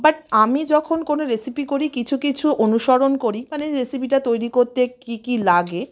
but আমি যখন কোনও রেসিপি করি কিছু কিছু অনুসরণ করি মানে রেসিপিটা তৈরি করতে কী কী লাগে